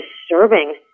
disturbing